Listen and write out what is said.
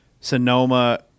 sonoma